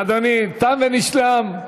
אדוני, תם ונשלם,